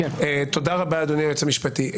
תודה רבה אדוני היועץ המשפטי.